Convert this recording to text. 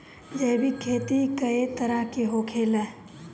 जैविक खेती कए तरह के होखेला?